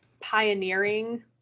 pioneering